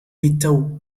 للتو